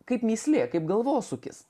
kaip mįslė kaip galvosūkis